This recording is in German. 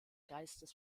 geistes